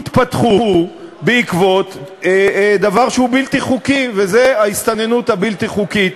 התפתחו בעקבות דבר שהוא בלתי-חוקי שהוא ההסתננות הבלתי-חוקית.